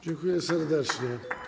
Dziękuję serdecznie.